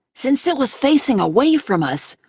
since it was facing away from us,